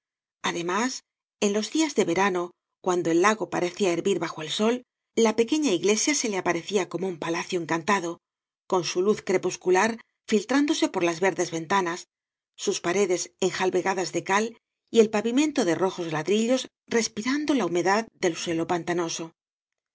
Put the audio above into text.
además en los días de verano cuando el lago parecía hervir bajo el sol la pequeña iglesia se le aparecía como un palacio engañas y barro cantado con su luz crepuscular flitrándose por las verdes ventanas sus paredes enjalbegadas de cal y el pavimento de rojos ladrillos respirando la humedad del suelo pantanoso